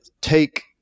take